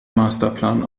masterplan